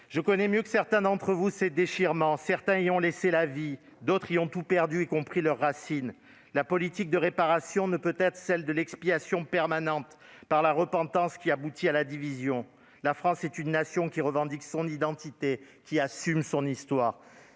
Je connais ces déchirements mieux que vous. Certains y ont laissé la vie. D'autres ont tout perdu, y compris leurs racines. La politique de réparation ne peut se résumer à l'expiation permanente par la repentance, qui aboutit à la division. La France est une nation qui revendique son identité et qui assume son histoire.